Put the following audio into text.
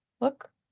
look